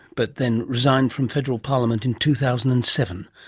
but then resigned from federal parliament in two thousand and seven.